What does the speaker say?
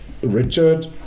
Richard